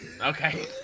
Okay